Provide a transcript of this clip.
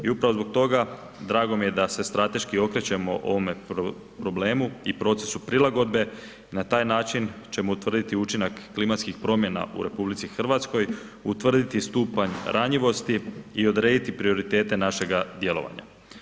I upravo zbog toga drago mi je da se strateški okrećemo ovome problemu i procesu prilagodbe i na taj način ćemo učiniti učinak klimatskih promjena u RH, utvrditi stupanj ranjivosti i odrediti prioritete našega djelovanja.